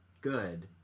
good